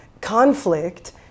conflict